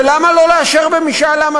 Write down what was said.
ולמה לא לאשר במשאל עם,